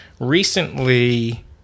recently